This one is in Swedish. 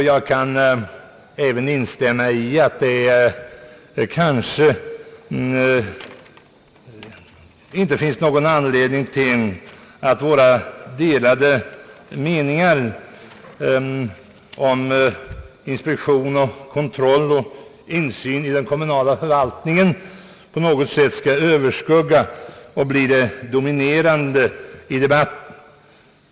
Jag kan även instämma i att det kanske inte finns någon anledning till att våra delade meningar om inspektion, kontroll och insyn i den kommunala förvaltningen på något sätt skall överskugga allt annat och bli det dominerande i debatten.